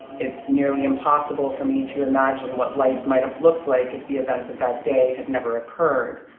it's nearly impossible for me to imagine what life might have looked like if the events of that day had never occurred.